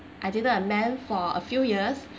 I dated a man for a few years